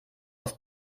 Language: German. aus